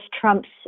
Trump's